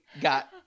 got